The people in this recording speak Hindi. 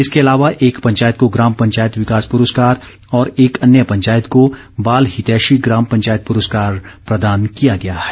इसके अलावा एक पंचायत को ग्राम पंचायत विकास पुरस्कार और एक ॅअन्य पंचायत को बाल हितैषी ग्राम पंचायत पुरस्कार प्रदान किया गया है